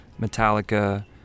Metallica